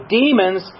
demons